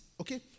okay